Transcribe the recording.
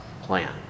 plan